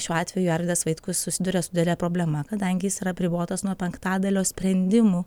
šiuo atveju arvydas vaitkus susiduria su didele problema kadangi jis yra apribotas nuo penktadalio sprendimų